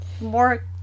more